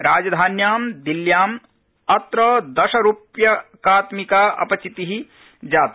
राजधान्या दिल्ल्याम् अत्र दश रूप्यकात्मिका अपचितिजाता